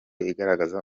igaragaza